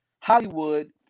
Hollywood